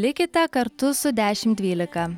likite kartu su dešim dvylika